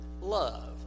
love